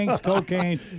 Cocaine